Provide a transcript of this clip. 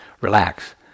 relax